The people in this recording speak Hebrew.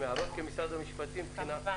כמובן.